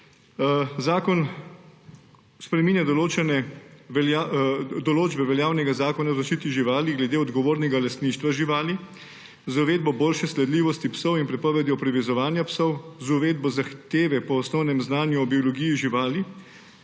Zakon spreminja določene določbe veljavnega Zakona o zaščiti živali glede odgovornega lastništva živali z uvedbo boljše sledljivosti psov in prepovedjo privezovanja psov, z uvedbo zahteve po osnovnem znanju o biologiji živali.